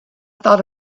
thought